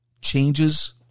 changes